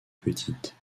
petite